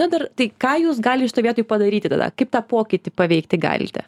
na dar tai ką jūs gali šitoj vietoj padaryti tada kaip tą pokytį paveikti galite